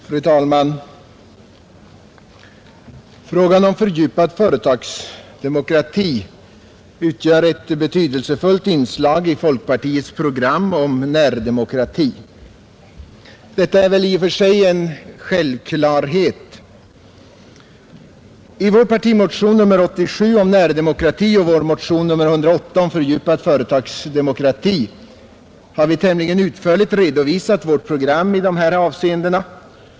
Fru talman! Frågan om fördjupad företagsdemokrati utgör ett betydelsefullt inslag i folkpartiets program om närdemokrati. Detta är väl i och för sig ganska självklart. I vår partimotion, nr 87,om närdemokrati och vår motion nr 108 om fördjupad företagsdemokrati har vi tämligen utförligt redovisat vårt program i de här avseendena.